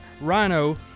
rhino